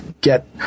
get